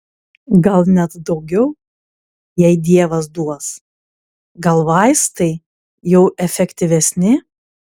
gal net daugiau jei dievas duos gal vaistai jau efektyvesni